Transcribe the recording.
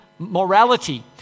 morality